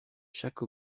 chaque